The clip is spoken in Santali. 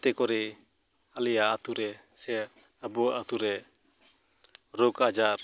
ᱡᱟᱛᱮ ᱠᱚᱨᱮ ᱟᱞᱮᱭᱟᱜ ᱟᱹᱛᱩ ᱨᱮ ᱥᱮ ᱟᱵᱳᱭᱟᱜ ᱟᱹᱛᱩ ᱨᱮ ᱨᱳᱜ ᱟᱡᱟᱨ